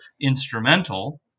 instrumental